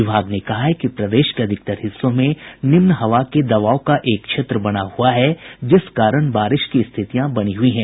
विभाग ने कहा है कि प्रदेश के अधिकतर हिस्सों में निम्न हवा के दवाब का एक क्षेत्र बना हुआ है जिस कारण बारिश की स्थितियां बनी हुई हैं